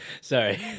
Sorry